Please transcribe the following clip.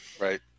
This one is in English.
Right